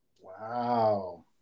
Wow